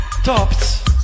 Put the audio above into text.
Tops